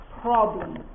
problem